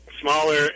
smaller